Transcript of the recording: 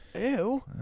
Ew